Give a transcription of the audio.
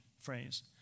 phrase